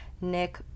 nick